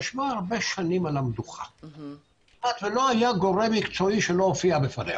ישבה הרבה שנים על המדוכה ולא היה גורם מקצועי שלא הופיע בפניה.